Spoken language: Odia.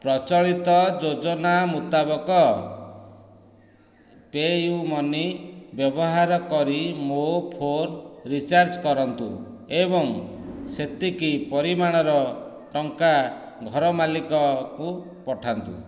ପ୍ରଚଳିତ ଯୋଜନା ମୁତାବକ ପେ'ୟୁ ମନି ବ୍ୟବହାର କରି ମୋର ଫୋନ ରିଚାର୍ଜ କରନ୍ତୁ ଏବଂ ସେତିକି ପରିମାଣର ଟଙ୍କା ଘର ମାଲିକକୁ ପଠାନ୍ତୁ